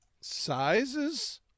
sizes